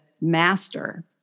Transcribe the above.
master